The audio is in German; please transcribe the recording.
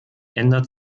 ändert